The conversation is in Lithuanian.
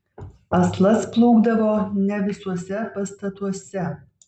aslas plūkdavo ne visuose pastatuose